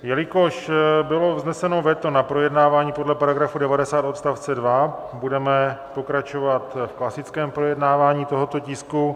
Jelikož bylo vzneseno veto na projednávání podle § 90 odst. 2, budeme pokračovat v klasickém projednávání tohoto tisku.